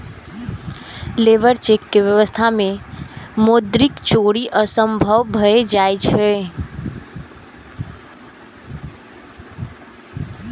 labour check के व्यवस्था मे मौद्रिक चोरी असंभव भए जाइ छै